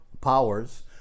powers